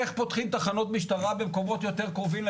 איך פותחים תחנות משטרה במקומות יותר קרובים?